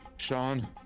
Sean